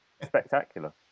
spectacular